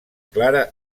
clara